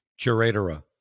Curatora